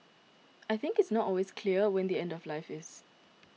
I think it's not always clear when the end of life is